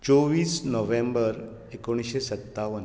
चोवीस नोव्हेंबर एकोणीशें सत्तावन